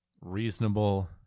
reasonable